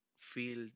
feel